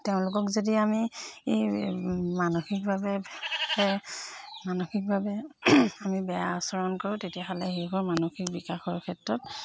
তেওঁলোকক যদি আমি মানসিকভাৱে মানসিকভাৱে আমি বেয়া আচৰণ কৰোঁ তেতিয়াহ'লে শিশুৰ মানসিক বিকাশৰ ক্ষেত্ৰত